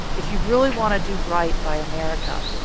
if you really want to do right by america,